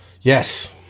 yes